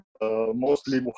mostly